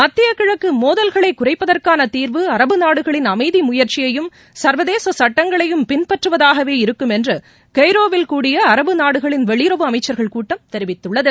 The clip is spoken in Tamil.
மத்திய கிழக்கு மோதல்களை குறைப்பதற்கான தீர்வு அரபு நாடுகளின் அமைதி முயற்சியையும் சர்வதேச சட்டங்களையும் பின்பற்றுவதாகவே இருக்கும் என்று கெய்ரோவில் கூடிய அரபு நாடுகளின் வெளியுறவு அமைச்சர்கள் கூட்டம் தெரிவித்துள்ளது